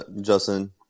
Justin